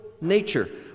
nature